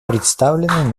представлены